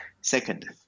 Second